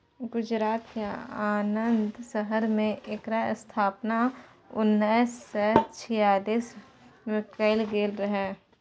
गुजरातक आणंद शहर मे एकर स्थापना उन्नैस सय छियालीस मे कएल गेल रहय